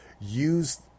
use